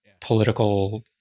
political